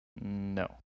No